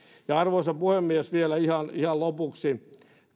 esille arvoisa puhemies vielä ihan ihan lopuksi